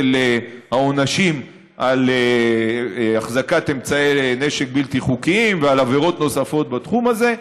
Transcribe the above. העונשים על החזקת אמצעי נשק בלתי חוקיים ועל עבירות נוספות בתחום הזה,